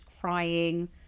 crying